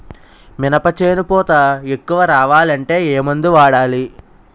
మినప చేను పూత ఎక్కువ రావాలి అంటే ఏమందు వాడాలి?